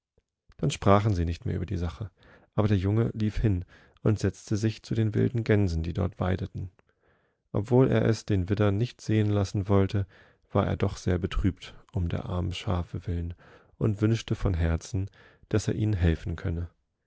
dann sprachen sie nicht mehr über die sache aber der junge lief hin und setztesichzudenwildengänsen diedortweideten obwohleresdenwidder nicht sehen lassen wollte war er doch sehr betrübt um der armen schafe willen und wünschte von herzen daß er ihnen helfen könne